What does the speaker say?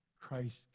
Christ